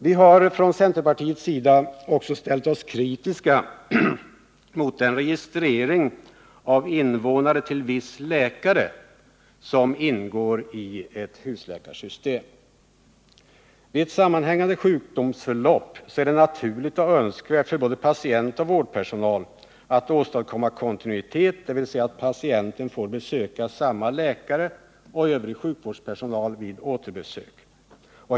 Vi har från centerpartiets sida också ställt oss kritiska mot den registrering av invånare till viss läkare som ingår i ett husläkarsystem. Vid ett sammanhängande sjukvårdsförlopp är det naturligt och önskvärt för både patient och vårdpersonal att åstadkomma kontinuitet, dvs. att patienten får besöka samma läkare och övrig sjukvårdspersonal vid återbesök.